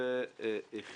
הוא נסגר.